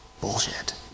bullshit